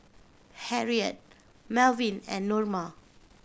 Harriette Malvin and Norma